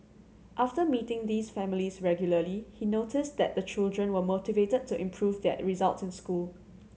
after meeting these families regularly he noticed that the children were more motivated to improve their results in school